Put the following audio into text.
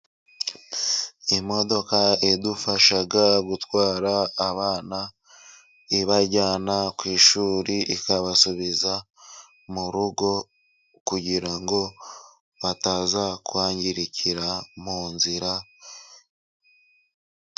Imodoka idufasha gutwara abana, ibajyana ku ishuri ikabasubiza mu rugo kugira ngo bataza kwangirikira mu nzira.